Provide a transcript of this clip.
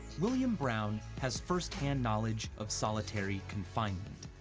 william brown has firsthand knowledge of solitary confinement.